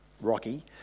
rocky